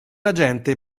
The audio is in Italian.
agente